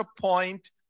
point